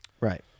Right